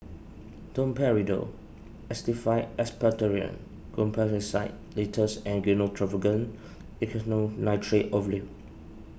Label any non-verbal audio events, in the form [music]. Domperidone Actified Expectorant Guaiphenesin Linctus and Gyno Travogen [unintelligible] Nitrate Ovule